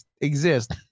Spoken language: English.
exist